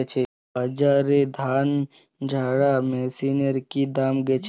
বাজারে ধান ঝারা মেশিনের কি দাম আছে?